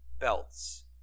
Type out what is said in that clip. belts